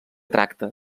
tracta